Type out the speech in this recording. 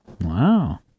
Wow